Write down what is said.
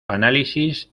análisis